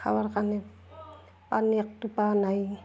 খোৱাৰ কাৰণে পানী একটোপাও নাই